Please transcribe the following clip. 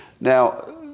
Now